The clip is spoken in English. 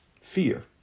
fear